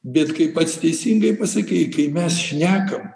bet kaip pats teisingai pasakei kai mes šnekam